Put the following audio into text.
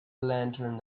lantern